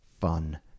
fun